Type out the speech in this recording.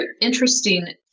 interesting